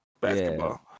basketball